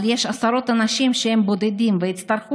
אבל יש עשרות אנשים שהם בודדים ויצטרכו